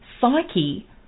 psyche